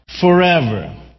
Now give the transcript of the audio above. forever